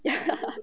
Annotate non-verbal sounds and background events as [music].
[laughs]